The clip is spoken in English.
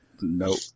Nope